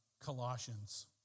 Colossians